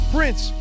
Prince